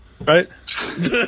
Right